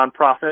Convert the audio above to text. nonprofit